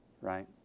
right